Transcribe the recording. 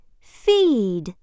Feed